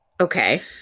Okay